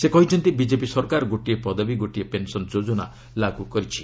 ସେ କହିଛନ୍ତି ବିଜେପି ସରକାର ଗୋଟିଏ ପଦବୀ ଗୋଟିଏ ପେନସନ୍ ଯୋଜନା ଲାଗୁ କରିଛି